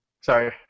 Sorry